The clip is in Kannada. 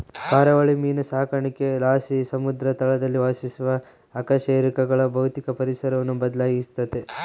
ಕರಾವಳಿ ಮೀನು ಸಾಕಾಣಿಕೆಲಾಸಿ ಸಮುದ್ರ ತಳದಲ್ಲಿ ವಾಸಿಸುವ ಅಕಶೇರುಕಗಳ ಭೌತಿಕ ಪರಿಸರವನ್ನು ಬದ್ಲಾಯಿಸ್ತತೆ